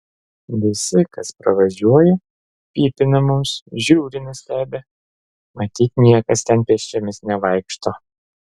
visi kas pravažiuoja pypina mums žiūri nustebę matyt niekas ten pėsčiomis nevaikšto